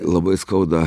labai skauda